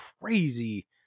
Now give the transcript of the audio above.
crazy